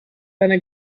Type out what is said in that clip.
eine